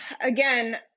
again